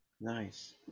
Nice